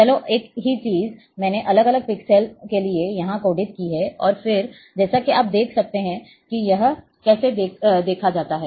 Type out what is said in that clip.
चलो एक ही चीज़ मैंने अलग अलग पिक्सेल के लिए यहाँ कोडित की है और जैसा कि आप देख सकते हैं कि यह कैसे देखा जाता है